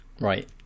Right